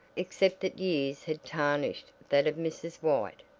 except that years had tarnished that of mrs. white,